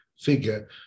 figure